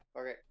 Okay